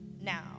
now